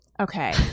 okay